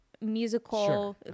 musical